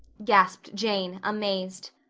gasped jane, amazed.